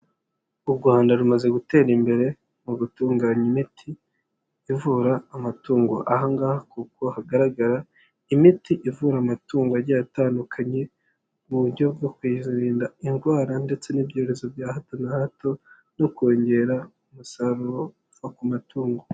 U Rwanda rumaze gutera imbere mu gutunganya imiti ivura amatungo, ahangaha kuko hagaragara imiti ivura amatungo agiye atandukanye mu buryo bwo kwirinda indwara ndetse n'ibyorezo bya hato na hato no kongera umusaruro uva ku matungo.